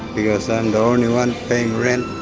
because i'm the only one paying rent